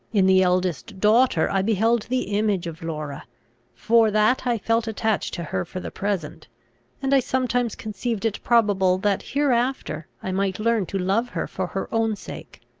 in the eldest daughter i beheld the image of laura for that i felt attached to her for the present and i sometimes conceived it probable that hereafter i might learn to love her for her own sake